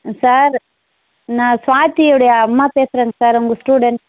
sir நான் ஸ்வாதியுடைய அம்மா பேசுகிறேங்க சார் உங்கள் ஸ்டூடண்ட்